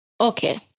okay